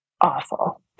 awful